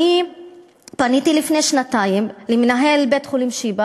אני פניתי לפני שנתיים למנהל בית-חולים שיבא